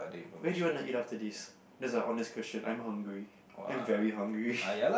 where do you want to eat after this that's a honest question I'm hungry I'm very hungry